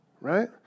right